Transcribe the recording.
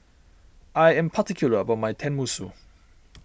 I am particular about my Tenmusu